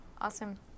Awesome